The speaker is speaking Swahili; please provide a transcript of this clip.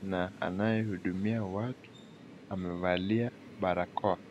na anayehudumia watu amevalia barakoa.